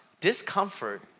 discomfort